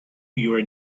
your